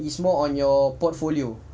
is more on your portfolio